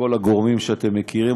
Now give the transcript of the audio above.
לכל הגורמים שאתם מכירים,